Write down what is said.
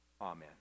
Amen